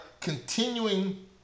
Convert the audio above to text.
continuing